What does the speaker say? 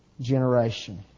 generation